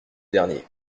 dernier